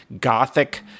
gothic